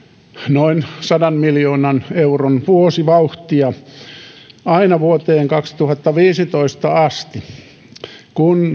noin sadan miljoonan euron vuosivauhtia aina vuoteen kaksituhattaviisitoista asti kun